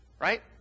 Right